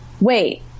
wait